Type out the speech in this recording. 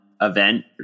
event